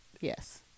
Yes